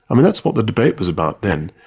i mean, that's what the debate was about then,